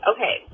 Okay